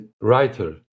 writer